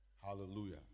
Hallelujah